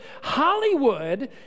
Hollywood